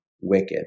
Wicked